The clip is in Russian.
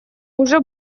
уже